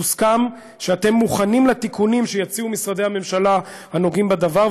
הוסכם שאתם מוכנים לתיקונים שיציעו משרדי הממשלה הנוגעים בדבר,